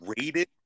rated